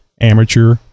amateur